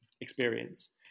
experience